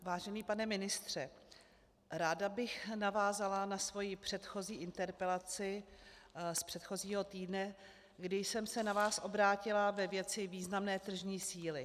Vážený pane ministře, ráda bych navázala na svoji předchozí interpelaci z předchozího týdne, kdy jsem se na vás obrátila ve věci významné tržní síly.